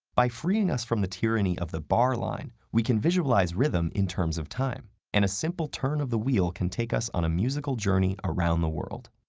by freeing us from the tyranny of the bar line, we can visualize rhythm in terms of time, and a simple turn of the wheel can take us on a musical journey around the world.